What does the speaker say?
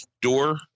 door